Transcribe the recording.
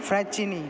Fraschini